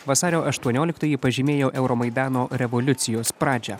vasario aūtuonioliktoji pažymėjo euromaidano revoliucijos pradžią